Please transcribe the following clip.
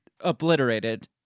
obliterated